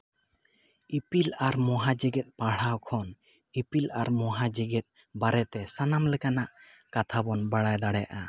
ᱤᱯᱤᱞ ᱟᱨ ᱢᱚᱦᱟ ᱡᱮᱜᱮᱛ ᱯᱟᱲᱦᱟᱣ ᱠᱷᱚᱱ ᱤᱨᱤᱞ ᱟᱨ ᱢᱚᱦᱟ ᱡᱮᱜᱮᱛ ᱵᱟᱨᱮ ᱛᱮ ᱥᱟᱱᱟᱢ ᱞᱮᱠᱟᱱᱜ ᱠᱟᱛᱷᱟ ᱵᱚᱱ ᱵᱟᱲᱟᱭ ᱫᱟᱲᱮᱭᱟᱜᱼᱟ